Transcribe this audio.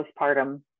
postpartum